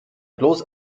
bloß